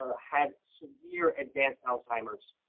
ah had severe advanced alzheimer's.